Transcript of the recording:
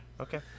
Okay